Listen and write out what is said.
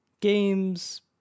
games